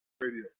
Radio